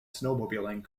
snowmobiling